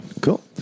Cool